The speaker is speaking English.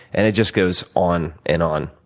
and it just goes on, and on,